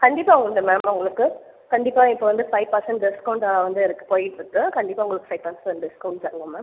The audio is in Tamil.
கண்டிப்பாக உண்டு மேம் உங்களுக்கு கண்டிப்பாக இப்போ வந்து ஃபைவ் பர்சன்ட் டிஸ்கவுண்ட் வந்து இருக்கு போயிட்ருக்கு கண்டிப்பாக உங்களுக்கு ஃபைவ் பர்சென்ட் டிஸ்கவுண்ட் தருவோம் மேம்